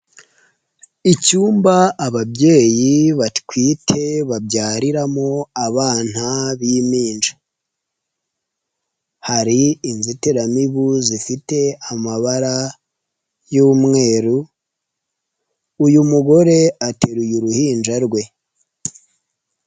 Icyumba ababyeyi batwite babyariramo abana b'impinja, hari inzitiramibu zifite amabara y'umweru, uyu mugore ateruye uruhinja rwe.